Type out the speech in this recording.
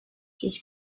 his